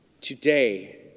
Today